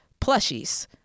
Plushies